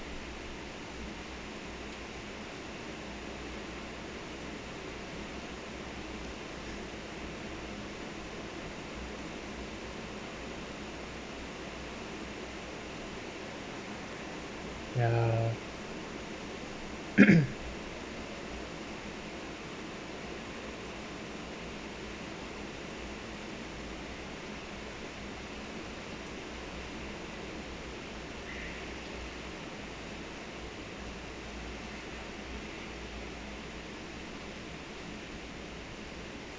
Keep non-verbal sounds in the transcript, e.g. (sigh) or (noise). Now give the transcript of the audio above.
ya (noise)